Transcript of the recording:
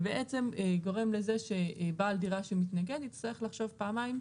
זה גורם לזה שבעל דירה שמתנגד יצטרך לחשוב פעמיים,